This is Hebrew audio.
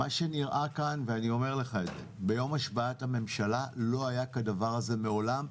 מה שנראה כאן ואני אומר לך: ביום השבעת הממשלה לא היה כדבר כזה מעולם.